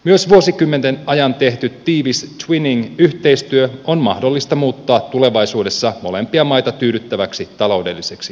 myös vuosikymmenten ajan tehty tiivis twinning yhteistyö on mahdollista muuttaa tulevaisuudessa molempia maita tyydyttäväksi taloudelliseksi yhteistyöksi